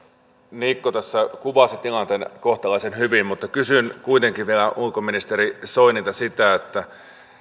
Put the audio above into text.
niikko tässä kuvasi tilanteen kohtalaisen hyvin mutta kysyn kuitenkin vielä ulkoministeri soinilta sitä että